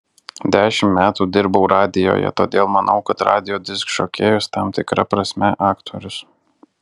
dešimt metų dirbau radijuje todėl manau kad radijo diskžokėjus tam tikra prasme aktorius